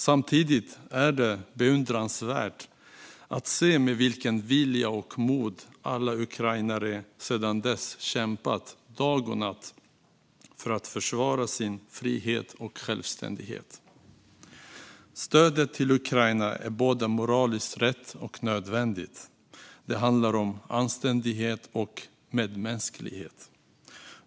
Samtidigt måste man se med beundran på den vilja och det mod alla ukrainare sedan dess har kämpat med, dag och natt, för att försvara sin frihet och självständighet. Stödet till Ukraina är både moraliskt rätt och nödvändigt. Det handlar om anständighet och medmänsklighet.